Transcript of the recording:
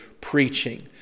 preaching